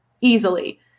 easily